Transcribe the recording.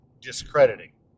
discrediting